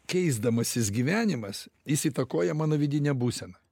keisdamasis gyvenimas jis įtakoja mano vidinę būseną